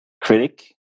critic